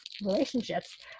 relationships